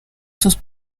sus